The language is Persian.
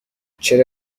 چرا